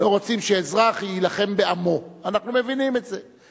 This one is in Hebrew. לא רוצים שאזרח יילחם בעמו, אנחנו מבינים את זה.